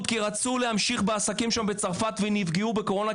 כי רצו להמשיך בעסקים שם בצרפת ונפגעו בקורונה,